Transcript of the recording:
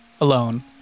alone